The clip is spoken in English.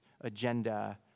agenda